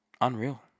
unreal